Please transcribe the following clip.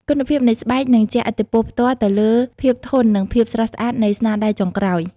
គុណភាពនៃស្បែកនឹងជះឥទ្ធិពលផ្ទាល់ទៅលើភាពធន់និងភាពស្រស់ស្អាតនៃស្នាដៃចុងក្រោយ។